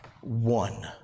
One